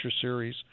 series